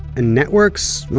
and networks? well,